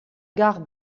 gar